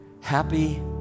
Happy